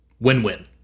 Win-win